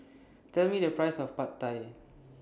Tell Me The Price of Pad Thai